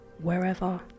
wherever